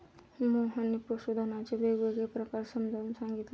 मोहनने पशुधनाचे वेगवेगळे प्रकार समजावून सांगितले